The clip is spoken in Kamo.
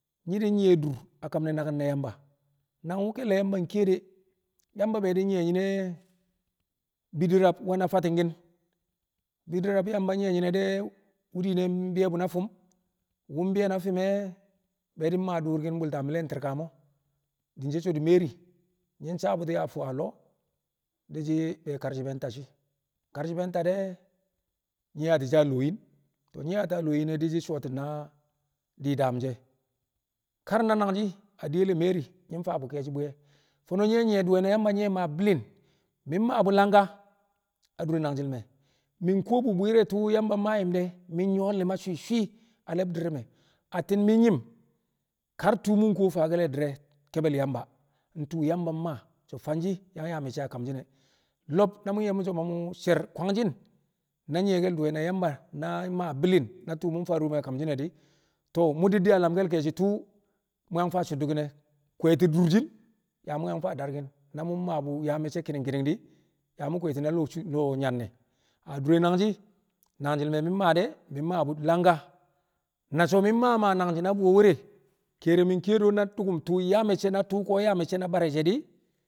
Nyi̱ nyɪye̱ dur a kam ne̱ naki̱n ne̱ Yamba, nangwu̱ ke̱lle̱ Yamba nkiye de̱. Yamba be di̱ nyi̱ye̱ nyine bidi rab we̱na fati̱nki̱n, bidi rab Yamba nyi̱ye̱ nyine de̱ wu̱ diine mbi̱yo̱ bu̱ na fi̱m wu̱ mbi̱yo̱ na fi̱m e̱ be din ma durkin bu̱lta mi̱le̱n tirkamo din she̱ so̱ di̱ Mary nyi̱ sabu̱ti̱ a fu a di̱ shi̱ be karshibe nta shi̱, karshibe nta de̱ nyi̱ yaati̱ shi̱ a lo̱o̱ yin, nyi̱ yaati̱n a lo̱o̱ yin di̱ shi̱ sooti̱n na dii daam she̱ kar na nangshi̱ a diyel le̱ Mary nyi̱ faa bu̱ ke̱e̱shi̱ bwi̱ye̱, fo̱no̱ nyi̱ we̱ nyi̱ye̱ duwe na Yamba nyi̱ maa bi̱li̱ng mi̱ maa bu̱ langka a dure nangji̱l me̱, mi̱ kuwo bu̱ bwi̱i̱ri̱ tu̱u̱ Yamba mmaa yu̱m de̱ mi̱ nyu̱wo̱ li̱ma swi̱swi̱ a le̱bdi̱r re̱ me̱ atti̱n mi̱ yi̱m kar tu̱u̱ faake̱l di̱re̱ kebel Yamba, tu̱u̱ Yamba mmaa so̱ fanshɪ yang yaa me̱cce̱ a kamshi̱n e̱. Lo̱b na mu̱ ye̱ mu̱ so̱ ma mo̱ sher kwanshi̱ na nyɪye̱ke̱l duwe na Yamba na maa bi̱li̱ing na tu̱u̱ mu̱ faa dure mo̱ a kamshɪn e̱ di̱ to̱o̱ mu̱ di̱kki̱n a lamke̱l ke̱e̱shi̱ tụu̱ mu̱ yang faa cuddukin e̱ kwe̱e̱ti̱ durshi̱n yaa mu̱ yang faa dakkin na mu̱ yaa bu̱ yaa me̱cce̱ kidi kidin e̱ di̱ yaa mu̱ kwe̱e̱ti̱ na lo̱o̱ shuule lo̱o̱ Nyanne̱ adure nangji̱. Nangji̱l me̱ mi̱ maa de̱, mi̱ maa langka na so̱ mi̱ ma maa nangji̱ na bwuye we̱re̱ ke̱re̱ mɪ kiye de̱ wu̱ na dukum tu̱u̱ nyaa me̱cce̱ na tu̱u̱ ko̱ yaa me̱cce̱ na bara she̱ di̱.